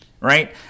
right